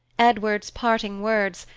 edward's parting words,